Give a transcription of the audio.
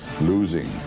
losing